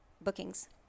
bookings